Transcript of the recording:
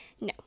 No